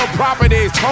properties